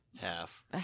half